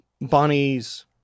Bonnie's